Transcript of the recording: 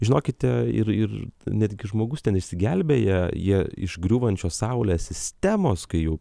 žinokite ir ir netgi žmogus ten išsigelbėja jie iš griūvančio saulės sistemos kai jau